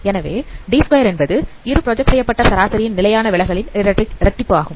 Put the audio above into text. எனவே D2 என்பது இரு ப்ராஜெக்ட் செய்யப்பட்ட சராசரியின் நிலையான விலகல் ன் இரட்டிப்பாகும்